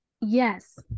Yes